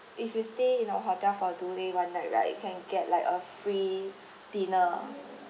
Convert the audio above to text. if you stay in the hotel for two day one night right you can get like a free dinner